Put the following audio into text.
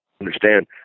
Understand